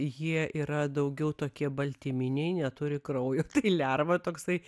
jie yra daugiau tokie baltyminiai neturi kraujo tai lerva toksai